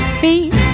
feet